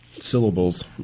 Syllables